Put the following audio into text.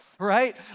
Right